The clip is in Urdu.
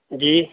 جی